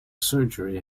surgery